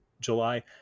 July